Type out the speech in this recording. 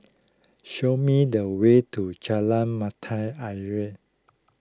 show me the way to Jalan Mata Ayer